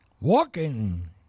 Walking